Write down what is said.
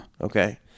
Okay